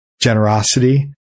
generosity